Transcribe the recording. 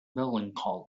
melancholy